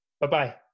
Bye-bye